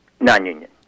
Non-union